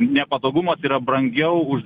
nepatogumas yra brangiau už